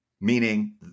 meaning